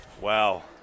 Wow